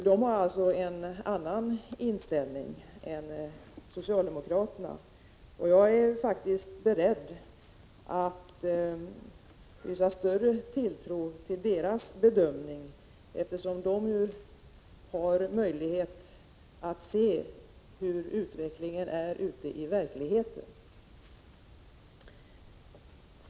De har alltså en annan inställning än socialdemokraterna, och jag är faktiskt beredd att hysa större tilltro till deras bedömning, eftersom de har möjlighet att se hur utvecklingen är ute i verkligheten.